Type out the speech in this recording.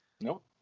Nope